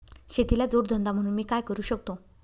शेतीला जोड धंदा म्हणून मी काय करु शकतो?